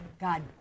God